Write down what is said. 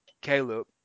Caleb